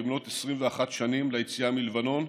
במלאת 21 שנים ליציאה מלבנון,